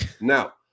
now